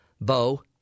Bo